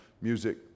music